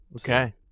Okay